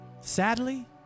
sadly